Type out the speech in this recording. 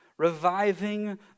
reviving